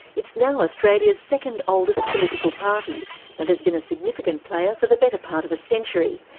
it's now australia's second oldest political party and has been a significant player for the better part of a century.